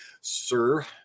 Sir